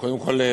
קודם כול,